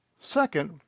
Second